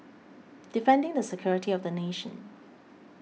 defending the security of the nation